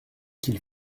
qu’il